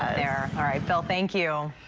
they're all right bill thank you.